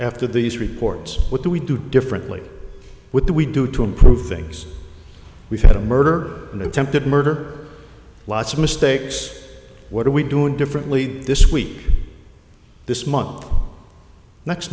after these reports what do we do differently with we do to improve things we've had a murder and attempted murder lots of mistakes what are we doing differently this week this month next